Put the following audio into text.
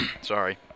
sorry